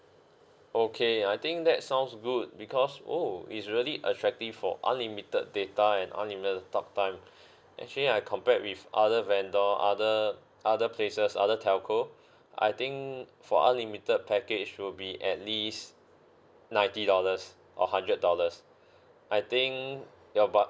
okay I think that sounds good because oh it's really attractive for unlimited data and unlimited talk time actually I compared with other vendor other other places other telco I think for unlimited package will be at least ninety dollars or hundred dollars I think your but